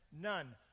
None